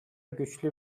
güçlü